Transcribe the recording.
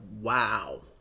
wow